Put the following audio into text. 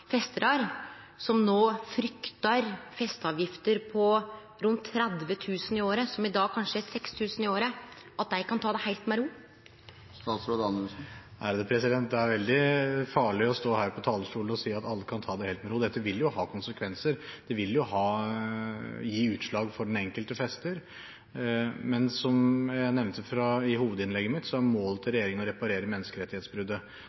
i dag kanskje har 6 000 kr i året, at dei festarane kan ta det heilt med ro? Det er veldig farlig å stå her på talerstolen og si at alle kan ta det helt med ro. Dette vil jo ha konsekvenser. Det vil gi utslag for den enkelte fester. Men som jeg nevnte i hovedinnlegget mitt, er målet til regjeringen å reparere menneskerettighetsbruddet.